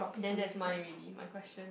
then that's mine already my question